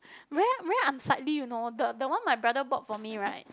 very very unsightly you know the the one my brother bought for me right